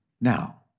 Now